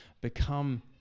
become